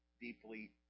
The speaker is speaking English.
deeply